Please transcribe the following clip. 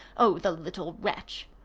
oh the little wretch!